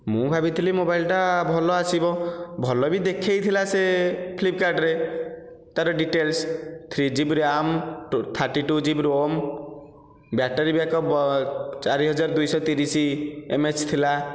ମୁଁ ଭାବିଥିଲି ମୋବାଇଲଟା ଭଲ ଆସିବ ଭଲ ବି ଦେଖାଇଥିଲା ସେ ଫ୍ଲିପକାର୍ଟରେ ତାର details three GB RAM thirty two GB ROM battery backup ଚାରି ହଜାର ଦୁଇଶହ ତିରିଶ ଏମ୍ଏଚ୍ ଥିଲା